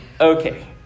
okay